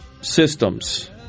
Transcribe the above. systems